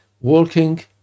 working